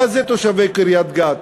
מה זה תושבי קריית-גת,